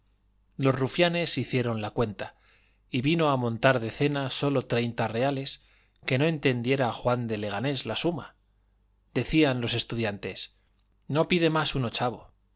los rufianes hicieron la cuenta y vino a montar de cena sólo treinta reales que no entendiera juan de leganés la suma decían los estudiantes no pide más un ochavo